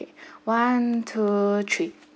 one two three